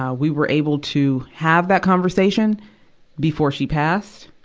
ah we were able to have that conversation before she passed,